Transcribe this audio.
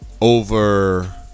over